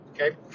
Okay